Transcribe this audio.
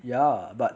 ya but